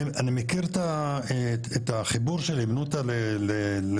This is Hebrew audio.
אני מכיר את החיבור של הימנותא לרמ"י,